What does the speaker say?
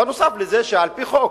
נוסף על זה שעל-פי חוק,